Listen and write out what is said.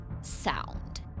sound